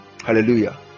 Hallelujah